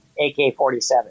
ak-47